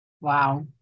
Wow